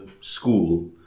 school